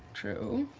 true.